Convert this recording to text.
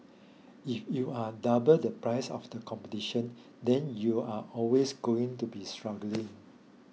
if you are double the price of the competition then you are always going to be struggling